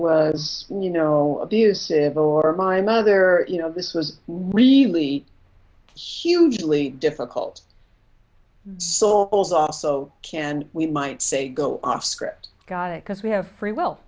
in you know abusive or my mother you know this was really hugely difficult so so can we might say go off script got it because we have free will